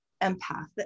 empathic